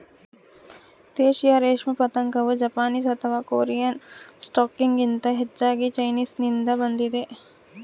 ದೇಶೀಯ ರೇಷ್ಮೆ ಪತಂಗವು ಜಪಾನೀಸ್ ಅಥವಾ ಕೊರಿಯನ್ ಸ್ಟಾಕ್ಗಿಂತ ಹೆಚ್ಚಾಗಿ ಚೈನೀಸ್ನಿಂದ ಬಂದಿದೆ